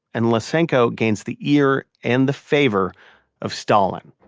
and lysenko gains the ear and the favor of stalin.